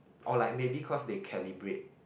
or like maybe cause they calibrate